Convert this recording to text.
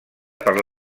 per